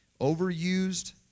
Overused